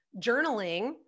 journaling